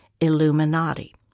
Illuminati